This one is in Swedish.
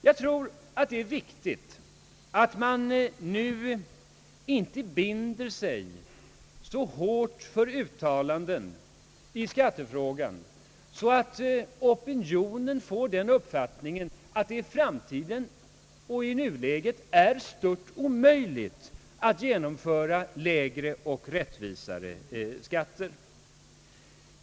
Jag tror att det är viktigt att man nu inte binder sig så hårt för uttalanden i skattefrågan att opinionen får den uppfattningen att det varken i nuläget eller i framtiden är stört omöjligt att genomföra lägre och rättvisa skatter.